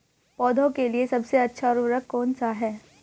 पौधों के लिए सबसे अच्छा उर्वरक कौन सा है?